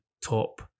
top